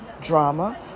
drama